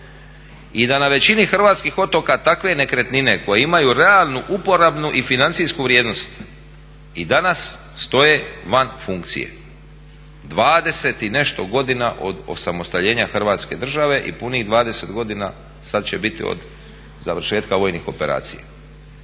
i da na većini hrvatskih otoka takve nekretnine koje imaju realnu uporabnu i financijsku vrijednost i danas stoje van funkcije, 20 i nešto godina od osamostaljenja Hrvatske države i punih 20 godina sada će biti od završetka vojnih operacija.